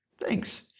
Thanks